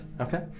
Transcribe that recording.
Okay